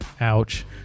Ouch